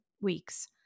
weeks